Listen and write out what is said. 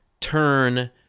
turn